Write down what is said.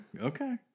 Okay